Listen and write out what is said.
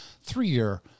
three-year